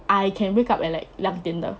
I can wake up at like 两点的